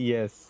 Yes